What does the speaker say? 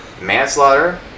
manslaughter